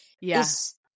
yes